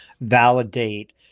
validate